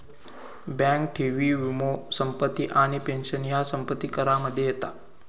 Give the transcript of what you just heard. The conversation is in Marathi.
बँक ठेवी, वीमो, संपत्ती आणि पेंशन ह्या संपत्ती करामध्ये येता